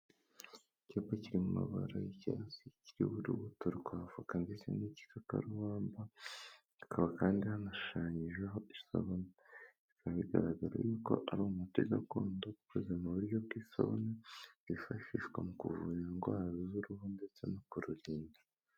Icyapa kiri mu mabara y'icyatsi kiriho urubuto rwa avoka ndetse n'ikikakarubamba, hakaba kandi hanashushanyijeho isabune. Bikaba bigaragara yuko ari umuti gakondo ukozwe mu buryo bw'isabune zifashishwa mu kuvura indwara z'uruhu ndetse no kururinda.